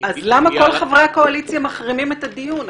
אז למה כל חברי הקואליציה מחרימים את הדיון?